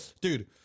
Dude